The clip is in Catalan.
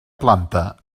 planta